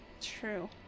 True